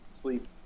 sleep